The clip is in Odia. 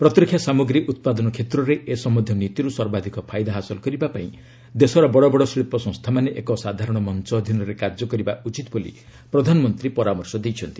ପ୍ରତିରକ୍ଷା ସାମଗ୍ରୀ ଉତ୍ପାଦନ କ୍ଷେତ୍ରରେ ଏ ସମ୍ଭନ୍ଧୀୟ ନୀତିରୁ ସର୍ବାଧିକ ଫାଇଦା ହାସଲ କରିବା ପାଇଁ ଦେଶର ବଡ଼ବଡ଼ ଶିଳ୍ପ ସଂସ୍ଥାମାନେ ଏକ ସାଧାରଣ ମଞ୍ଚ ଅଧୀନରେ କାର୍ଯ୍ୟ କରିବା ଉଚିତ୍ ବୋଲି ପ୍ରଧାନମନ୍ତ୍ରୀ ପରାମର୍ଶ ଦେଇଛନ୍ତି